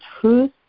truth